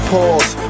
Pause